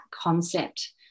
concept